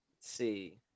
see